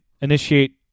initiate